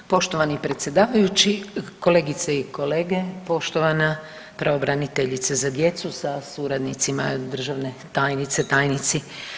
Poštovani predsjedavajući, kolegice i kolege, poštovana pravobraniteljice za djecu sa suradnicima, državne tajnice, tajnici.